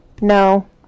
no